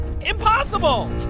impossible